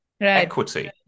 equity